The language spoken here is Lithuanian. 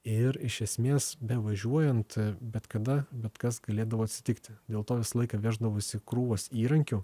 ir iš esmės bevažiuojant bet kada bet kas galėdavo atsitikti dėl to visą laiką veždavosi krūvas įrankių